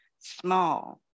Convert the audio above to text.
small